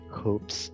hopes